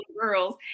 girls